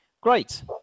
great